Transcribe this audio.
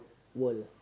world